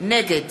נגד